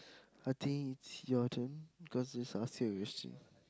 I think it's your turn cause I just asked you a question